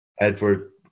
Edward